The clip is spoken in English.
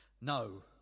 No